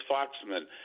Foxman